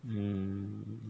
mm